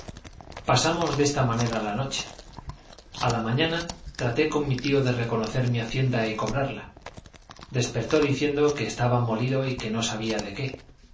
pasamos de esta manera la noche a la mañana traté con mi tío de reconocer mi hacienda y cobrarla despertó diciendo que estaba molido y que no sabía de qué